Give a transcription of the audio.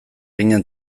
ginen